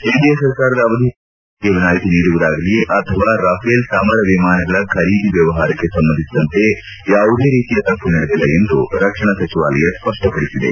NDA ಸರ್ಕಾರದ ಅವಧಿಯಲ್ಲಿ French ಕಂಪನಿಗೆ ತೆರಿಗೆ ವಿನಾಯಿತಿ ನೀಡುವುದಾಗಲಿ ಅಥವಾ ರಫೆಲ್ ಸಮರ ವಿಮಾನಗಳ ಖರೀದಿ ವ್ಲವಹಾರಕ್ಕೆ ಸಂಬಂಧಿಸಿದಂತೆ ಯಾವುದೇ ರೀತಿಯ ತಪ್ಪು ನಡೆದಿಲ್ಲ ಎಂದು ರಕ್ಷಣಾ ಸಚಿವಾಲಯ ಸ್ಪಷ್ಟಪಡಿಸಿದೆ